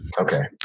Okay